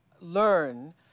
learn